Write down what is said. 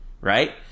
right